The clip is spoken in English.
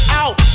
out